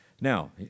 Now